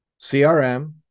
CRM